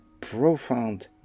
profound